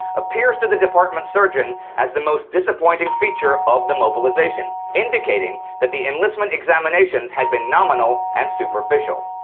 appears to the department surgeon as the most disappointing. feature of the mobilization, indicating that the enlistment examinations had been nominal and superficial.